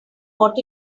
what